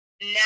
Now